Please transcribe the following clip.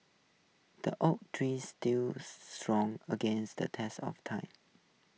the oak tree stood strong against the test of time